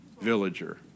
villager